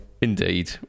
Indeed